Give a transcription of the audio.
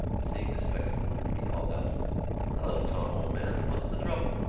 seeing the spectacle, he called out hallo, tom, old man! what's the trouble?